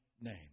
name